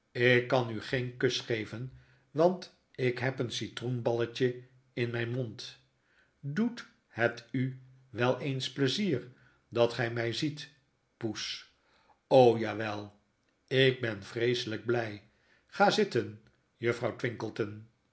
ik kan u geen kus geven want ik heb een citroenballetje in mijn mond doet het u wel eens pleizier dat gij my ziet poes jawel ik ben vreeselijk bly ga zitten juffrouw twinkleton